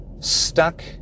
stuck